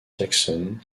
jackson